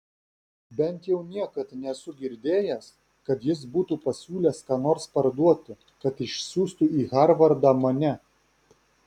bent jau niekad nesu girdėjęs kad jis būtų pasiūlęs ką nors parduoti kad išsiųstų į harvardą mane